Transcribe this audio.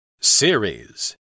series